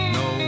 no